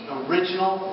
original